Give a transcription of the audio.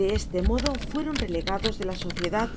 de este modo fueron relegados de la sobriedad